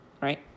right